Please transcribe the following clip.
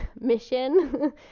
mission